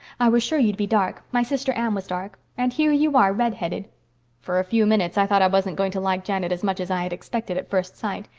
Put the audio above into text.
i was sure you'd be dark my sister anne was dark. and here you're redheaded for a few minutes i thought i wasn't going to like janet as much as i had expected at first sight.